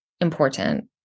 important